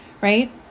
Right